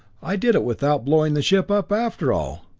i did it without blowing the ship up after all!